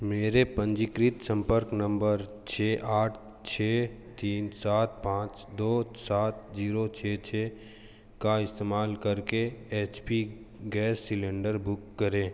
मेरे पंजीकृत संपर्क नम्बर छः आठ छः तीन सात पाँच दो सात जीरो छः छः का इस्तेमाल करके H P gas cylinder book करें